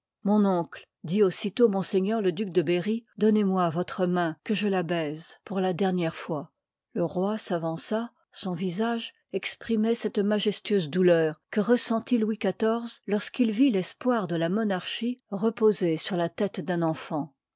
mon oncle dit aussitôt m le duc de berry donnez moi votre main que je la baise pour la dernière fois le pvoi s'avança son visage exprimoit cette majestueuse douleur que ressentit louis xiv lorsqu'il vit l'espoir de la monarchie reposer sur la tête d'un enîi